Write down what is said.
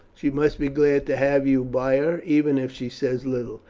she must be glad to have you by her, even if she says little.